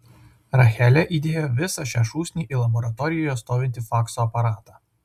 rachelė įdėjo visą šią šūsnį į laboratorijoje stovintį fakso aparatą